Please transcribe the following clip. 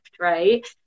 right